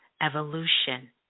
evolution